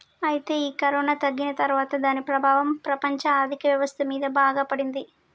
అయితే ఈ కరోనా తగ్గిన తర్వాత దాని ప్రభావం ప్రపంచ ఆర్థిక వ్యవస్థ మీద బాగా పడింది